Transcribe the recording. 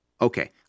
Okay